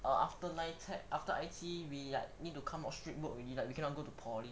ah after NITEC after I_T_E we need to come out straight work already like we cannot go to poly